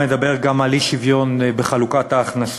מדבר גם על אי-שוויון בחלוקת ההכנסות.